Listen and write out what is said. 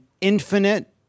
infinite